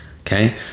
okay